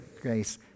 grace